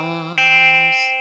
eyes